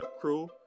crew